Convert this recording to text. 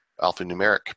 alphanumeric